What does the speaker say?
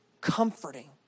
comforting